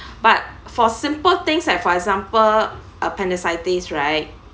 but for simple things like for example appendicitis right